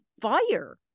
fire